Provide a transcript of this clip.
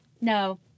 no